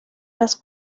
los